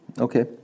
Okay